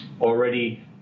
already